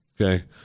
okay